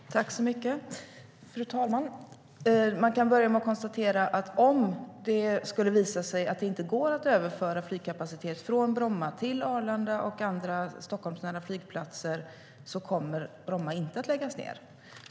STYLEREF Kantrubrik \* MERGEFORMAT KommunikationerFru talman! Jag kan börja med att konstatera att om det skulle visa sig att det inte går att överföra flygkapacitet från Bromma till Arlanda och andra Stockholmsnära flygplatser kommer Bromma inte att läggas ned.